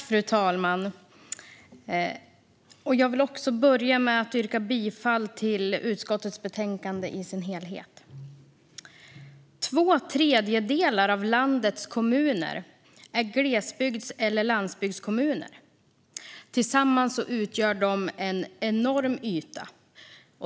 Fru talman! Jag vill börja med att yrka bifall till förslaget i utskottets betänkande i dess helhet. Två tredjedelar av landets kommuner är glesbygds eller landsbygdskommuner. Tillsammans utgör de en enorm yta.